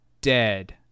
dead